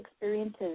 experiences